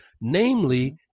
namely